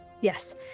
Yes